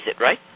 right